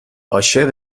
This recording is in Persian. عاشق